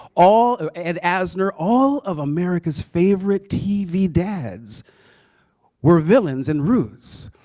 all ah and asner. all of america's favorite tv dads were villains in roots.